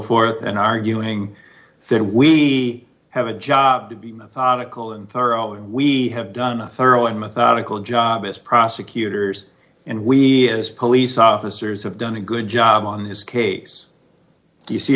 forth and arguing then we have a job to be methodical and thorough we have done a thorough and methodical job as prosecutors and we as police officers have done a good job on this case do you see